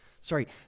Sorry